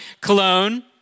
cologne